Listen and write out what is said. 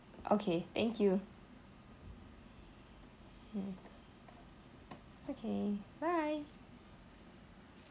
okay thank you okay bye